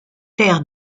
terres